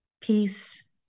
peace